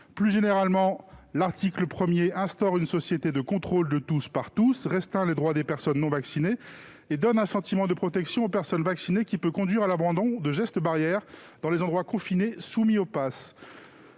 Plus généralement, l'article 1 instaure une société de contrôle de tous par tous, il restreint les droits des personnes non vaccinées et il donne un sentiment de protection aux personnes vaccinées, lequel peut conduire à l'abandon des gestes barrières dans les endroits confinés soumis au passe.